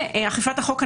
אכיפת החוק הנדון,